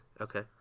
Okay